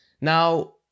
Now